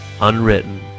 unwritten